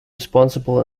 responsible